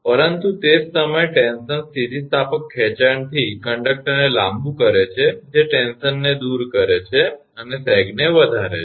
પરંતુ તે જ સમયે ટેન્શન સ્થિતિસ્થાપક ખેંચાણથી કંડકટરને લાંબુ કરે છે જે ટેન્શનને દૂર કરે છે અને સેગને વધારે છે